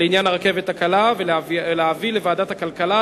לעניין הרכבת הקלה ולהביאו לוועדת הכלכלה,